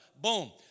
Boom